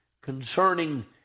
concerning